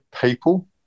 people